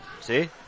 See